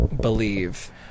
believe